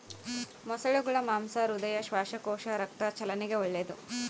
ಮೊಸಳೆಗುಳ ಮಾಂಸ ಹೃದಯ, ಶ್ವಾಸಕೋಶ, ರಕ್ತ ಚಲನೆಗೆ ಒಳ್ಳೆದು